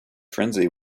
frenzy